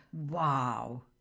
Wow